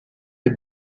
des